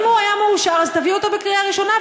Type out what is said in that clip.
אם הוא היה מאושר, אז תביאו אותו לקריאה ראשונה.